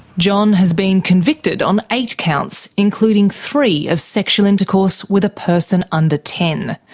john has been convicted on eight counts including three of sexual intercourse with a person under ten.